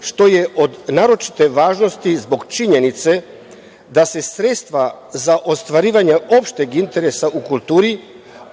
što je od naročite važnost zbog činjenice da se sredstva za ostvarivanje opšteg interesa u kulturi,